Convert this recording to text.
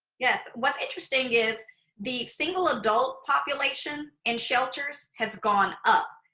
yes. what's interesting is the single adult population in shelters has gone up.